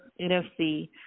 NFC